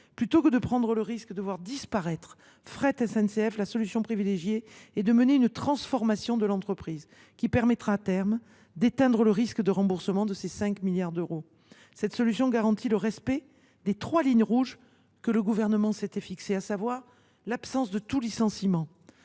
Plutôt que de prendre le risque de voir disparaître Fret SNCF, la solution privilégiée est de mener une transformation de l’entreprise, qui, à terme, permettra d’écarter tout risque de remboursement de ces 5 milliards d’euros. Cette solution garantit le respect des trois lignes rouges que le Gouvernement s’était fixées, à savoir l’absence de tout licenciement,